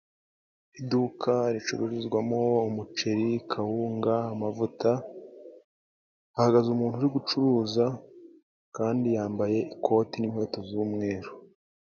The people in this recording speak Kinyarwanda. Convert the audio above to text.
Iduka ricururizwamo umuceri, kawunga, amavuta ha hagaze umuntu uri gucuruza kandi yambaye ikoti n'inkweto z'umweru.